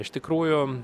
iš tikrųjų